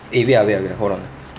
eh wait ah wait ah hold on ah